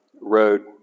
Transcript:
road